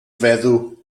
feddw